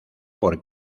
por